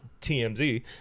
TMZ